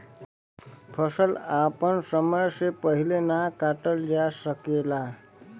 फसल आपन समय से पहिले ना काटल जा सकेला